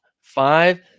five